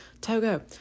Togo